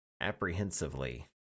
apprehensively